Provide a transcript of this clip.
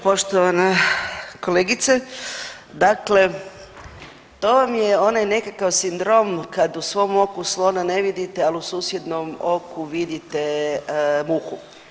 Poštovana kolegice, dakle to vam je onaj nekakav sindrom kad u svom oku slonu ne vidite, ali u susjednom oku vidite muhu.